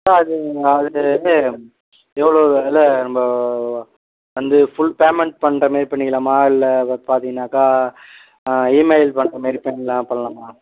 sir அது அது வந்து எவ்வளோ வில நம்ம வந்து ஃபுல் பேமெண்ட் பண்ணுற மாதிரி பண்ணிக்கலாமா இல்லை இப் பார்த்தீங்கனாக்கா இமெயில் பண்ணுற மாதிரி பண்ணலாமா